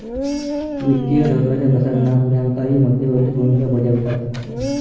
वित्तीय धोरणाच्या प्रसारणात बँकाही मध्यवर्ती भूमिका बजावतात